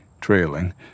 trailing